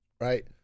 right